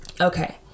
okay